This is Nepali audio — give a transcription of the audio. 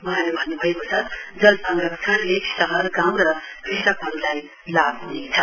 वहाँले भन्नुभएको छ जल संरक्षणले शहर गाउँ र कृषकहरूलाई लाभ ह्नेछ